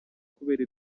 kubera